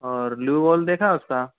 और लूबौल देखा उसका